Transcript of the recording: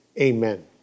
amen